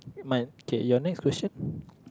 my okay your next question